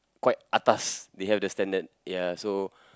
quite atas they have the standard ya so